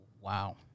Wow